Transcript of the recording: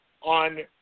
on